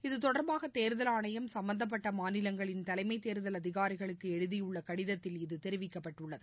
இத்தொடர்பாக தேர்தல் ஆணையம் சும்பந்தப்பட்ட மாநிலங்களின் தலைமைத் தேர்தல் அதிகாரிகளுக்கு எழுதியுள்ள கடிதத்தில் இது தெரிவிக்கப்பட்டுள்ளது